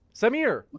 Samir